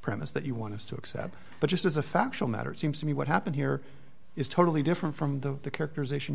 premise that you want us to accept but just as a factual matter seems to me what happened here is totally different from the characterization